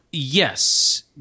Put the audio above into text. Yes